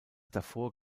davor